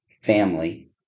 Family